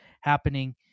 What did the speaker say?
happening